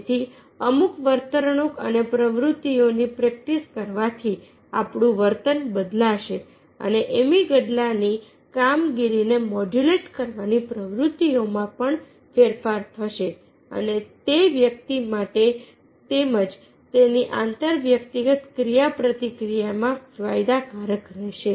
તેથી અમુક વર્તણૂક અને પ્રવૃત્તિઓની પ્રેક્ટિસ કરવાથી આપણું વર્તન બદલાશે અને એમીગડાલાની કામગીરીને મોડ્યુલેટ કરવાની પ્રવૃત્તિઓમાં પણ ફેરફાર થશે અને તે વ્યક્તિ માટે તેમજ તેની આંતરવ્યક્તિગત ક્રિયાપ્રતિક્રિયામાં ફાયદાકારક રહેશે